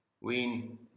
win